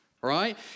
right